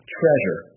treasure